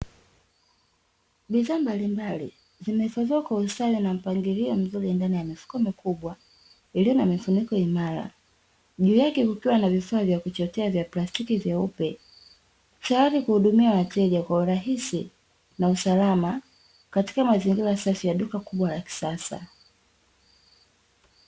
Bidhaa mbalimbali zimehifadhiwa kwa ustadi na mpangilio mzuri ndani ya mifuko mikubwa iliyo na mifuniko imara, juu yake kukiwa na vifaa vya kuchotea vya plastiki vyeupe, tayari kuhudumia wateja kwa urahisi na usalama, katika mazingira safi ya duka kubwa la kisasa.